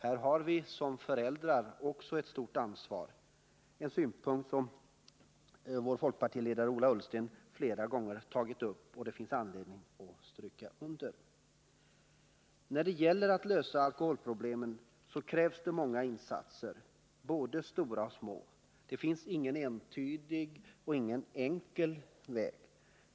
Här har vi som föräldrar ett stort ansvar — en synpunkt som folkpartiledaren Ola Ullsten flera gånger framfört och som det finns anledning att stryka under. När det gäller att lösa alkoholproblemen krävs det många insatser, både stora och små. Det finns ingen entydig och enkel väg.